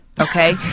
Okay